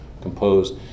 composed